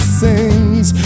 sings